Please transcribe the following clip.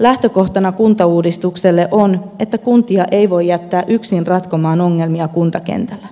lähtökohtana kuntauudistukselle on että kuntia ei voi jättää yksin ratkomaan ongelmia kuntakentällä